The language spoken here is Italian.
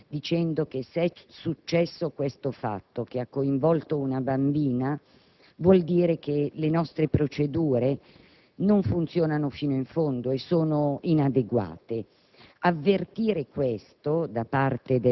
affermazione secondo cui, se è successo questo fatto che ha coinvolto una bambina, vuol dire che le nostre procedure non funzionano fino in fondo e sono inadeguate.